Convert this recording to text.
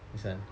this one